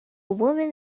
woman